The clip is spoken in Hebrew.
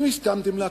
אז אם הסכמתם להקפיא,